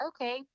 okay